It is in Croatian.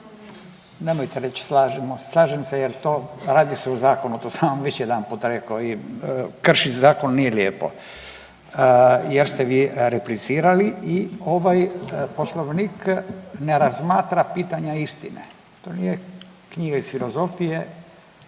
nemojte reći slažem se jer to, radi se o zakonu, to sam vam već jedanput rekao i kršit zakon nije lijepo jer ste vi replicirali i ovaj Poslovnik ne razmatra pitanja istine. To nije knjiga iz filozofije